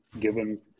given